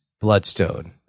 bloodstone